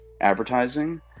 advertising